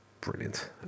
brilliant